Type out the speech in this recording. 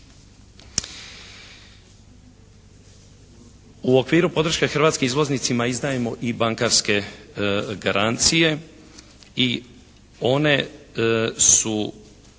U okviru podrške hrvatskim izvoznicima izdajemo i bankarske garancije i one su